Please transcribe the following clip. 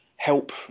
help